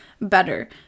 better